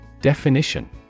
Definition